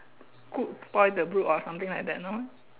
good boy the bull all something I don't noise